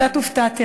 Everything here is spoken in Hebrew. קצת הופתעתי,